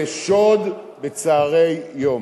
זה שוד בצהרי יום.